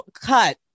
cut